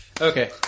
Okay